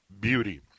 beauty